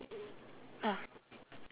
ah